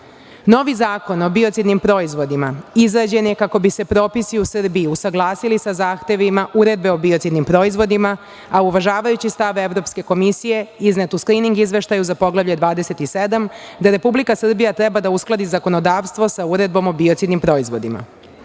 Zakon o biocidnim proizvodima izrađen je kako bi se propisi u Srbiji usaglasili za zahtevima Uredbe o biocidnim proizvodima, a uvažavajući stav Evropske komisije iznet uz „klining izveštaj“ za Poglavlje 27 gde Republika Srbija treba da uskladi zakonodavstvo sa Uredbom o biocidnim proizvodima. Potpuna